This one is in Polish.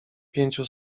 pięciu